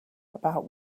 about